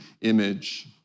image